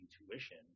intuition